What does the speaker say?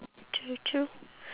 true true